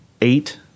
eight